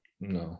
No